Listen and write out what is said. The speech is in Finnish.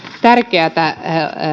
tärkeätä